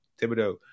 Thibodeau